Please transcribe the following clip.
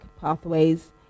pathways